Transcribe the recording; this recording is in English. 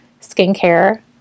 skincare